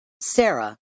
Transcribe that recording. Sarah